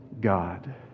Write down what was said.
God